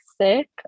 sick